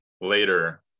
later